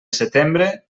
setembre